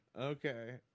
Okay